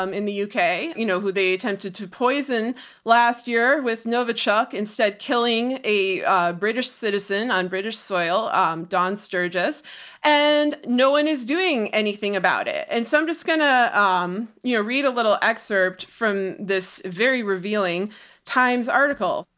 um in the uk, you know, who they attempted to poison last year with novichok, instead killing a ah british citizen on british soil. um, dawn sturgis and no one is doing anything about it. and so i'm just going to, um, you know, read a little excerpt from this very revealing times article.